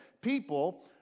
People